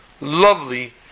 lovely